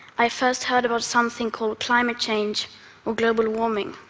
i first heard about something called climate change or global warming.